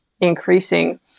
increasing